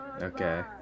Okay